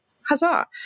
huzzah